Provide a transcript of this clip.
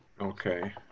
Okay